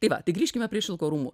tai va tai grįžkime prie šilko rūmų